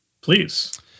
please